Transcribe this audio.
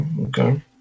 Okay